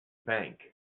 bank